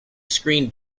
screen